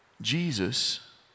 Jesus